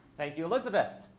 thank you, elizabeth.